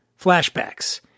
flashbacks